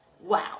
Wow